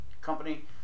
company